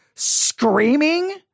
screaming